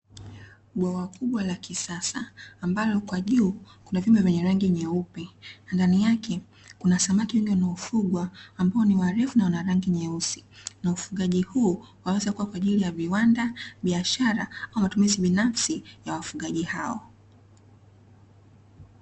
Bwawa kubwa la kisasa ambalo kwa juu kuna vyuma vyenye rangi nyeupe na ndani yake kuna samaki wengi wanaofugwa ambao ni warefu na wanarangi nyeusi, na ufugaji huu waweza kuwa kwa ajili ya viwanda, biashara ama matumizi binafsi ya wafugaji hao.